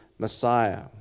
Messiah